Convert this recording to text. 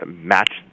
match